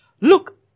Look